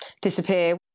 disappear